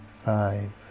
five